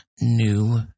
new